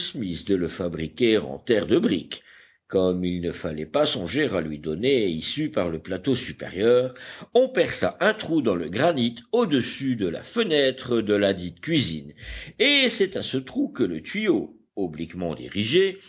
de le fabriquer en terre de brique comme il ne fallait pas songer à lui donner issue par le plateau supérieur on perça un trou dans le granit au-dessus de la fenêtre de ladite cuisine et c'est à ce trou que le tuyau obliquement dirigé